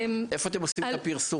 איפה אתם עושים את הפרסום?